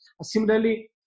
Similarly